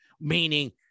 meaning